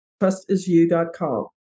TrustIsYou.com